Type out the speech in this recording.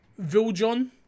Viljon